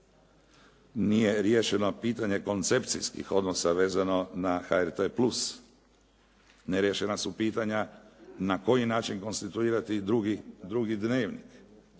Nije riješeno pitanje koncepcijskih odnosa vezano na HRT plus. Neriješena su pitanja na koji način konstituirati drugi dnevnik.